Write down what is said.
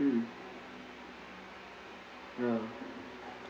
mm ya